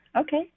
Okay